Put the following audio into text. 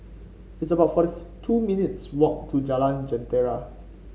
it's about forty two minutes' walk to Jalan Jentera